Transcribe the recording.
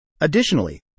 additionally